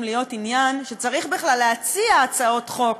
להיות עניין שצריך בכלל להציע הצעות חוק